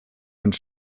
und